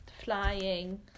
Flying